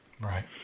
Right